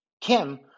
Kim